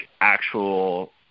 actual